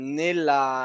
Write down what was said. nella